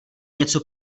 něco